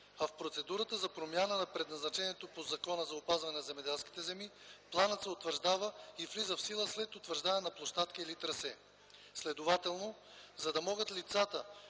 А в процедурата за промяна на предназначението по Закона за опазване на земеделските земи, планът се утвърждава и влиза в сила след утвърждаването на площадка или трасе. Следователно, за да могат лица,